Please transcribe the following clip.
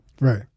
Right